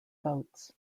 boats